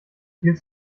viel